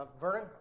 Vernon